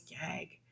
gag